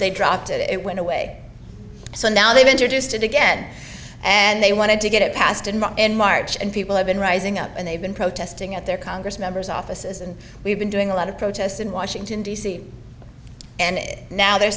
they dropped it it went away so now they've introduced it again and they wanted to get it passed and in march and people have been rising up and they've been protesting at their congress members offices and we've been doing a lot of protest in washington d c and now they're